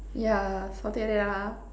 ya something like that lah